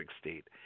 state